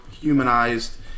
humanized